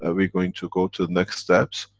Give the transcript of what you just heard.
ah we're going to go to the next steps.